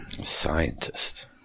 scientist